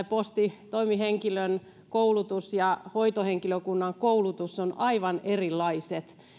postitoimihenkilön koulutus ja hoitohenkilökunnan koulutus ovat aivan erilaiset